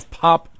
pop